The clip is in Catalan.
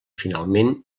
finalment